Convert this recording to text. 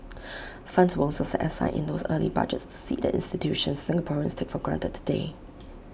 funds were also set aside in those early budgets to seed the institutions Singaporeans take for granted today